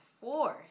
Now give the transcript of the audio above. Force